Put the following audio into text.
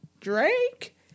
Drake